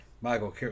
Michael